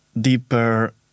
deeper